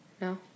No